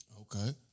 Okay